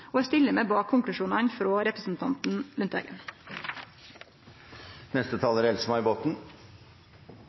eg stiller meg bak konklusjonane til representanten Lundteigen.